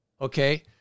Okay